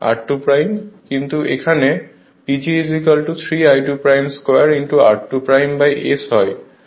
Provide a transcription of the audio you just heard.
কিন্তু এখানে PG 3 I2 2 r2 S হয়